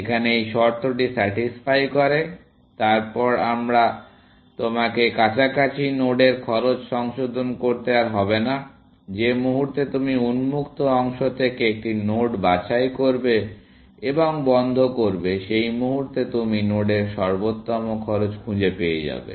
এখানে এই শর্তটি স্যাটিসফাই করে তারপর তোমাকে কাছাকাছি নোডের খরচ সংশোধন করতে হবে না যে মুহুর্তে তুমি উন্মুক্ত অংশ থেকে একটি নোড বাছাই করবে এবং বন্ধ করবে সেই মুহুর্তে তুমি নোডের সর্বোত্তম খরচ খুঁজে পেয়ে যাবে